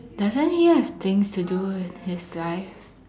doesn't he have things to do with his life